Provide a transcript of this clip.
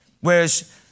Whereas